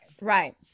Right